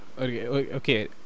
okay